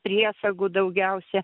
priesagų daugiausia